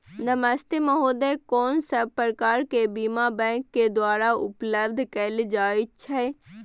नमस्ते महोदय, कोन सब प्रकार के बीमा बैंक के द्वारा उपलब्ध कैल जाए छै?